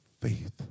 faith